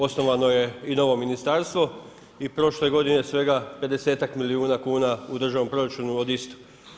Osnovano je i novo ministarstvo i prošle godine svega pedesetak milijuna kuna u državnom proračunu od istog.